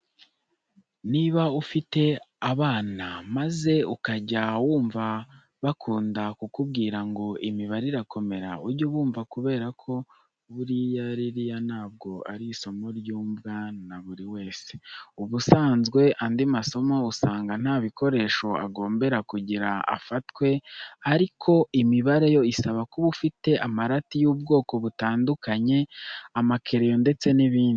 Niba ufite abana maze ukajya wumva bakunda kukubwira ngo imibare irakomera ujye ubumva kubera ko buriya ririya ntabwo ari isomo ryumvwa na buri wese. Ubusanzwe andi masomo usanga nta bikoresho agombera kugira afatwe ariko imibare yo isaba kuba ufite amarati y'ubwoko butandukanye, amakereyo ndetse n'ibindi.